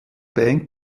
band